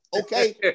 okay